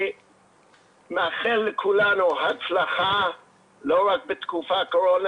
נאחל לכולנו הצלחה לא רק בתקופת קורונה